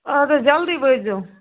اَدٕ حظ جلدی وٲتۍ زیٚو